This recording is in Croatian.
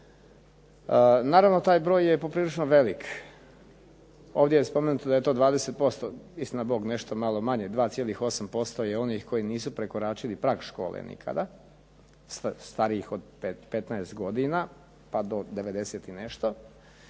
Naravno taj je broj poprilično velik. Ovdje je spomenuto da je to 20%, istina bog nešto malo manje, 2,8% je onih koji su prekoračili prag škole nikada, starijih od 15 godina pa do 90 i nešto